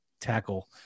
tackle